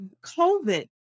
COVID